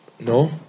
no